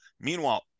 Meanwhile